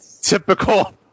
Typical